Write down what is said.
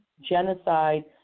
genocide